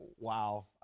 wow